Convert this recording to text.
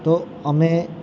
તો અમે